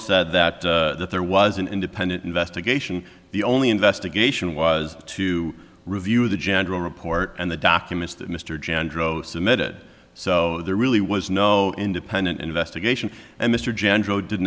said that that there was an independent investigation the only investigation was to review the general report and the documents that mr jan drove submitted so there really was no independent investigation and mr